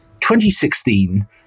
2016